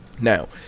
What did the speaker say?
now